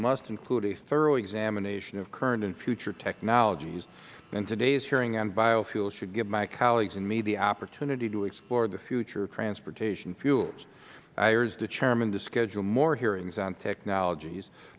must include a thorough examination of current and future technologies and today's hearing on biofuels should give my colleagues and me the opportunity to explore the future of transportation fuels i urge the chairman to schedule more hearings on technologies